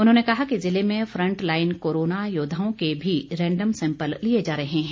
उन्होंने कहा कि ज़िले में फ्रंट लाइन कोरोना योद्दाओं के भी रैंडम सैंपल लिए जा रहे हैं